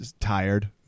tired